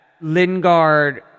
Lingard